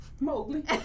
Mowgli